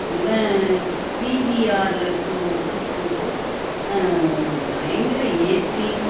இவன் பிவிஆரில் கூ கூப்பிட்டு போயிட்டு பயங்கர ஏசி